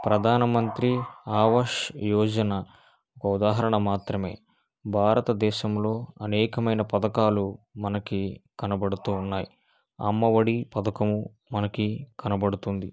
ప్రధానమంత్రి ఆవాస్ యోజన ఉదాహరణ మాత్రమే భారత దేశంలో అనేకమైన పథకాలు మనకి కనబడుతున్నాయి అమ్మ ఒడి పథకం మనకి కనబడుతుంది